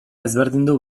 ezberdindu